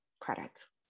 products